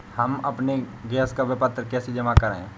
हम अपने गैस का विपत्र कैसे जमा करें?